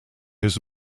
his